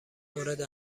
مورد